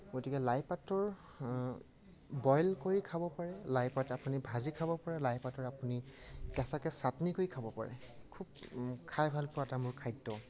গতিকে লাই পাতৰ বইল কৰি খাব পাৰে লাই পাত আপুনি ভাজি খাব পাৰে লাই পাতৰ আপুনি কেঁচাকৈ চাটনি কৰি খাব পাৰে খুব খাই ভাল পোৱা এটা মোৰ খাদ্য